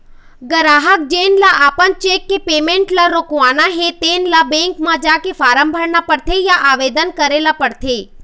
गराहक जेन ल अपन चेक के पेमेंट ल रोकवाना हे तेन ल बेंक म जाके फारम भरना परथे या आवेदन करे ल परथे